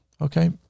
Okay